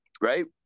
right